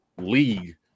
league